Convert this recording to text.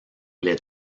les